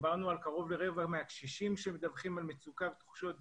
דיברנו על קרוב לרבע מהקשישים שמדווחים על מצוקה ותחושות דיכאון.